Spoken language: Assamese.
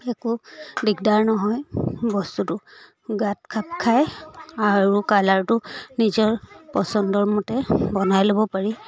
একো দিগদাৰ নহয় বস্তুটো গাত খাপ খাই আৰু কালাৰটো নিজৰ পচন্দৰ মতে বনাই ল'ব পাৰি